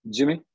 Jimmy